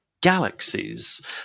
galaxies